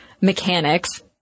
mechanics